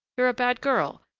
you're a bad girl,